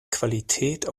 qualität